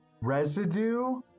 residue